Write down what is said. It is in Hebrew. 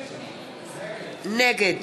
נגד